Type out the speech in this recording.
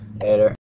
Later